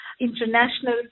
International